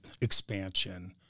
expansion